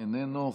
איננו.